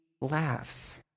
laughs